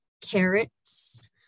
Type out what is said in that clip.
carrots